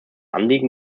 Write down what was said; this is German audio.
anliegen